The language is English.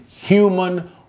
human